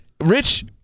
Rich